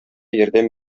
ярдәм